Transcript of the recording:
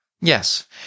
Yes